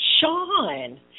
Sean